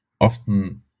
often